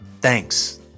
Thanks